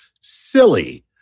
silly